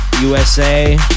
USA